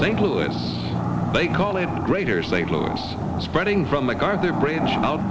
st louis spreading from the guard their branch out